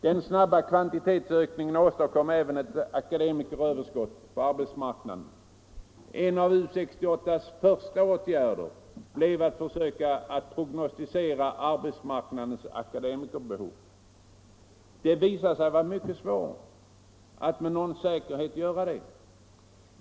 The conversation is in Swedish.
Den snabba kvantitetsökningen åstadkom även ett akademikeröverskott på arbetsmarknaden. En av U 68:s första åtgärder blev att försöka prognostisera arbetsmarknadens akademikerbehov. Det visade sig vara mycket svårt att med någon säkerhet göra detta.